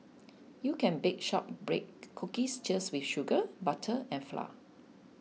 you can bake Shortbread Cookies just with sugar butter and flour